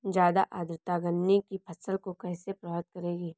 ज़्यादा आर्द्रता गन्ने की फसल को कैसे प्रभावित करेगी?